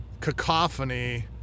cacophony